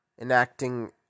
enacting